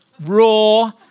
raw